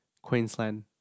Queensland